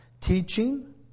Teaching